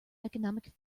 economic